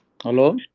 Hello